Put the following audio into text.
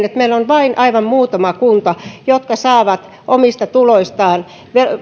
että meillä on vain aivan muutama kunta jotka saavat omista tuloistaan